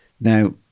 Now